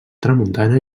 tramuntana